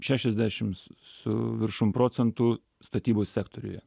šešiasdešims su viršum procentų statybos sektoriuje